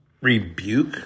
rebuke